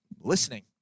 listening